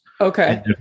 Okay